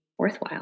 worthwhile